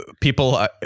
People